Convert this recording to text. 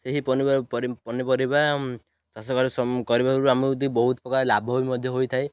ସେହି ପନିପରିବା ଚାଷ କରିବାରୁ ଆମକୁ ବହୁତ ପ୍ରକାର ଲାଭ ବି ମଧ୍ୟ ହୋଇଥାଏ